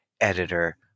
editor